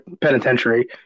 penitentiary